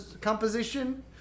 composition